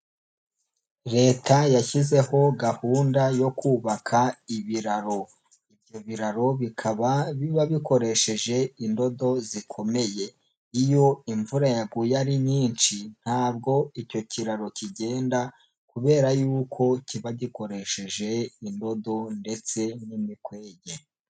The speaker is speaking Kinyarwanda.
Leta yashyizeho gahunda yo kubaka ibiraro, ibyo biraro bikaba biba bikoresheje indodo zikomeye, iyo imvura yaguye ari nyinshi ntabwo icyo kiraro kigenda kubera yuko kiba gikoresheje indodo ndetse n'imikwege.